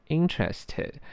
，interested